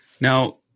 Now